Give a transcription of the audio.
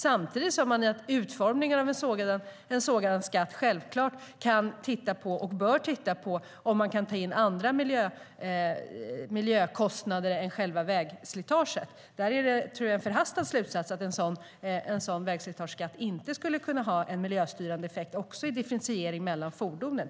Vid utformningen av en sådan skatt bör man självklart titta på om man kan ta in andra miljökostnader än kostnaderna för själva vägslitaget. Jag tror att det är en förhastad slutsats att en sådan vägslitageavgift inte skulle kunna ha en miljöstyrande effekt också när det gäller differentiering mellan fordonen.